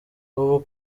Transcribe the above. ubu